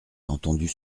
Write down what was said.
entendus